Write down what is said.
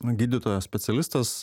gydytojas specialistas